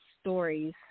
stories